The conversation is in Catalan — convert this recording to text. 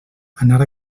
anar